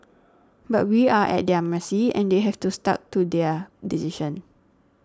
but we are at their mercy and they have to stuck to their decision